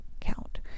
count